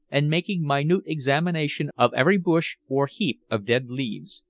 and making minute examination of every bush or heap of dead leaves.